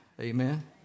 Amen